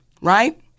Right